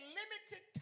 limited